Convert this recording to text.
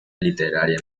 literaria